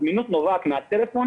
הזמינות נובעת מהטלפון